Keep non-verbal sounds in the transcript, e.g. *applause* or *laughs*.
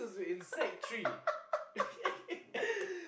*laughs*